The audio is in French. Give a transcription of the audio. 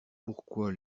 pourquoi